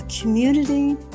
community